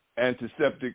antiseptic